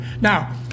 Now